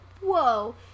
whoa